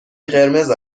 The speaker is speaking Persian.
قرمز